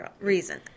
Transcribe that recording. reason